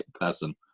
person